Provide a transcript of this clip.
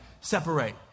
separate